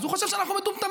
אז הוא חשב שאנחנו מטומטמים,